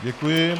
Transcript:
Děkuji.